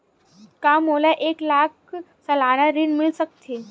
का मोला एक लाख सालाना ऋण मिल सकथे?